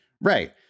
Right